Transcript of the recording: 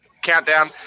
Countdown